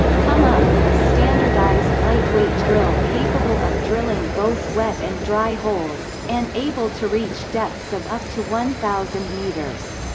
come up with a standardised lightweight drill capable of drilling both wet and dry holes, and able to reach depths of up to one thousand m. so